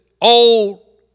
old